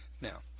Now